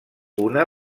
una